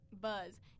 Buzz